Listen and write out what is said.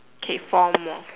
okay four more